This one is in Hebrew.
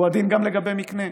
הוא הדין לגבי מקנה.